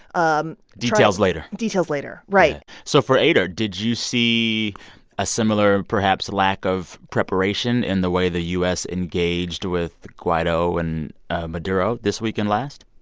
um details later details later, right so for eyder, did you see a similar perhaps lack of preparation in the way the u s. engaged with guaido and maduro this week and last?